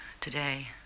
today